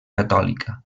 catòlica